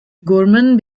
gorman